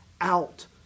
out